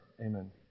Amen